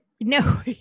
No